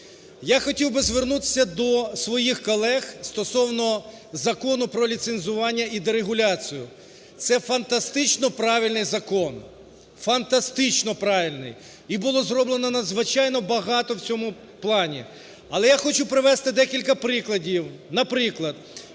Я хотів би звернутися до своїх колег стосовно Закону про ліцензування і дерегуляцію, це фантастично правильний закон, фантастично правильний і було зроблено надзвичайно багато в цьому плані. Але я хочу привести декілька прикладів. Наприклад,